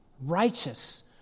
righteous